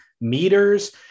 meters